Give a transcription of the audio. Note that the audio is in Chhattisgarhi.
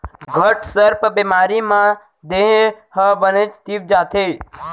घटसर्प बेमारी म देहे ह बनेच तीप जाथे